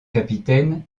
capitaine